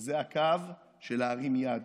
וזה הקו של להרים יד.